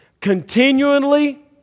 continually